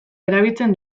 erabiltzen